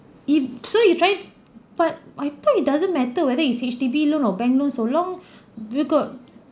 if so you tried but I thought it doesn't matter whether it's H_D_B loan or bank loan so long you got